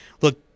Look